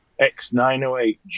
X908